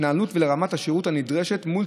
להתנהלות ולרמת השירות הנדרשות מול